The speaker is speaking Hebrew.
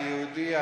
היהודי,